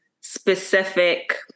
specific